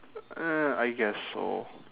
uh I guess so